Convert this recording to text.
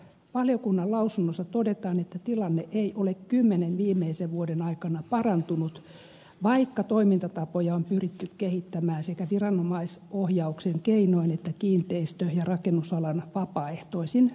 valiokunnan lausunnossa todetaan että tilanne ei ole kymmenen viimeisen vuoden aikana parantunut vaikka toimintatapoja on pyritty kehittämään sekä viranomaisohjauksen keinoin että kiinteistö ja rakennusalan vapaaehtoisin toimin